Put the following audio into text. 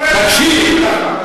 תקשיב.